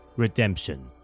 Redemption